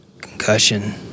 Concussion